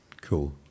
Cool